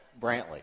Brantley